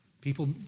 People